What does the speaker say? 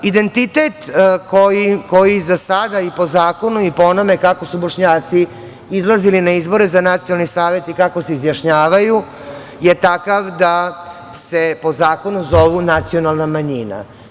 Identitet koji za sada, i po zakonu i po onome kako su Bošnjaci izlazili na izbore za nacionalni savet i kako se izjašnjavaju, je takav da se po zakonu zovu nacionalna manjina.